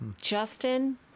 Justin